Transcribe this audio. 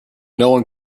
nobody